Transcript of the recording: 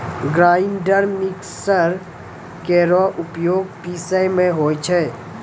grinder mixer केरो उपयोग पिसै म होय छै